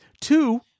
Two